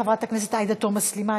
חברת הכנסת עאידה תומא סלימאן,